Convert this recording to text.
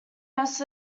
most